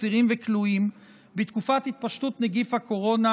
אסירים וכלואים בתקופת התפשטות נגיף הקורונה,